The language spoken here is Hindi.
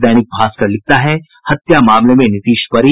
दैनिक भास्कर लिखता है हत्या मामले में नीतीश बरी